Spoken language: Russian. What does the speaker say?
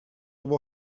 его